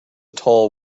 tall